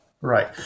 Right